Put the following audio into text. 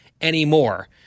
anymore